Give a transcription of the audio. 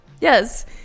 Yes